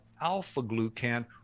alpha-glucan